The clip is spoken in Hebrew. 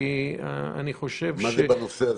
כי אני חושב --- מה זה "בנושא הזה"?